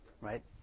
right